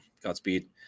Godspeed